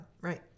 right